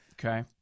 Okay